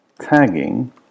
tagging